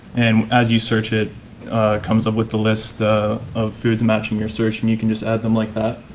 and as you search it comes up with the list of foods matching your search and you can just add them like that.